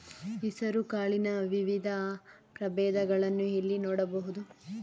ಹೆಸರು ಕಾಳಿನ ವಿವಿಧ ಪ್ರಭೇದಗಳನ್ನು ಎಲ್ಲಿ ನೋಡಬಹುದು?